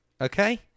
Okay